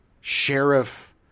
sheriff